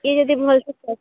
ଏଇଟା ଟିକେ ଭଲ୍ ସେ ପଢ଼୍